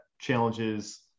challenges